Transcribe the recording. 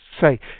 say